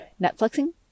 Netflixing